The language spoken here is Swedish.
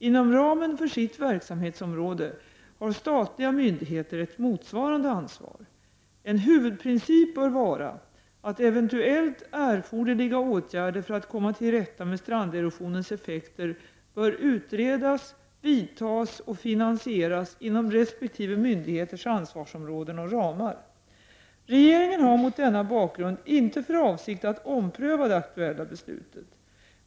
Inom ramen för sitt verksamhetsområde har statliga myndigheter ett motsvarande ansvar. En huvudprincip bör vara att eventuellt erforderliga åtgärder för att komma till rätta med stranderosionens effekter bör utredas, vidtas och finansieras inom resp. myndigheters ansvarsområden och ramar. Regeringen har mot denna bakgrund inte för avsikt att ompröva det aktuella beslutet.